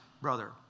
brother